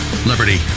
liberty